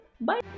Bye